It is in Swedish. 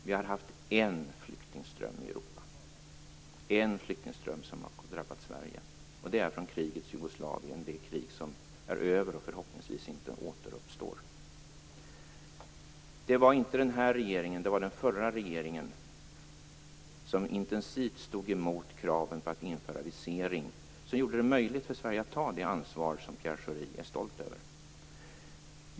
Vi har haft en flyktingström i Europa som har drabbat Sverige, och den kom i samband med Jugoslavienkriget, ett krig som är över och förhoppningsvis inte återuppstår. Det var inte den nuvarande regeringen utan den förra regeringen som intensivt stod emot kraven på att införa visering, något som gjorde det möjligt för Sverige att ta det ansvar som Pierre Schori är stolt över.